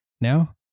Now